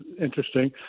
interesting